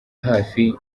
hafi